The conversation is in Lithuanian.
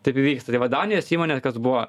taip įvyksta tai vat danijos įmonė kas buvo